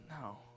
No